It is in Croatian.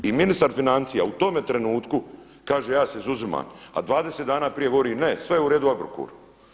I ministar financija u tome trenutku kaže ja se izuzimam, a 20 dana prije govori, ne sve je uredu u Agrokoru.